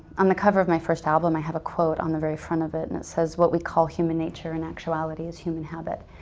on the cover of my first album, i have a quote on the very front of it and that says, what we call human nature in actuality is human habit.